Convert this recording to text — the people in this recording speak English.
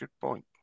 point